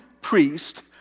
priest